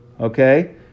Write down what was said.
Okay